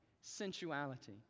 sensuality